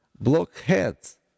blockheads